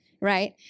Right